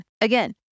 Again